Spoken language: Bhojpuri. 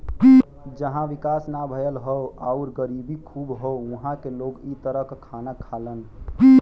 जहां विकास नाहीं भयल हौ आउर गरीबी खूब हौ उहां क लोग इ तरह क खाना खालन